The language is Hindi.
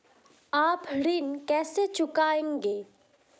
आप ऋण कैसे चुकाएंगे?